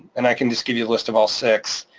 and i can just give you the list of all six